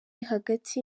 hagati